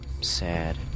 Sad